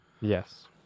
yes